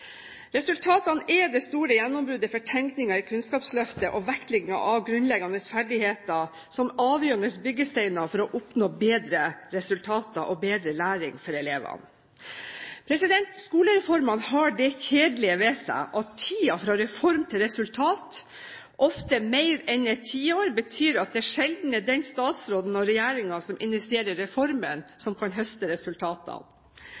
Resultatene er det store gjennombruddet for tenkningen i Kunnskapsløftet og vektleggingen av grunnleggende ferdigheter som avgjørende byggesteiner for å oppnå bedre resultater og bedre læring for elevene. Skolereformer har det kjedelige ved seg at tiden fra reform til resultat, ofte mer enn et tiår, betyr at det sjelden er den statsråden og regjeringen som initierer reformen, som kan høste resultatene. Selv om 2009-resultatene av